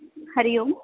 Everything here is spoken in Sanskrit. हरिः ओं